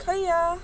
可以呀